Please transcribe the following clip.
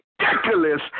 ridiculous